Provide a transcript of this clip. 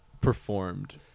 performed